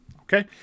Okay